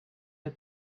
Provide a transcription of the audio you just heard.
her